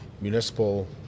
municipal